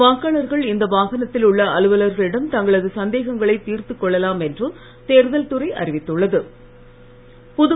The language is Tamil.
வாக்காளர்கள் இந்த வாகனத்தில் உள்ள அலுவலர்களிடம் தங்களது சந்தேகங்களை தீர்த்துக் கொள்ளலாம் என்று தேர்தல் துறை அறிவித்துள்ளது